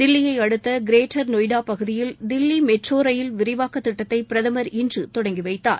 தில்லியை அடுத்த கிரேட்டர் நொய்டா பகுதியில் Delhi metro rail விரிவாக்கத் திட்டத்தை பிரதமர் இன்று தொடங்கி வைத்தார்